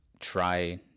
try